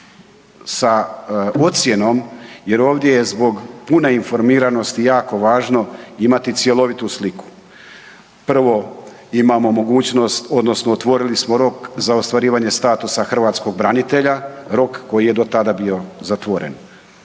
sa ocjenom jer je ovdje zbog pune informiranosti jako važno imati cjelovitu sliku. Prvo, imamo mogućnost odnosno otvorili smo rok za ostvarivanje statusa hrvatskog branitelja, rok koji je do tada bio zatvoren.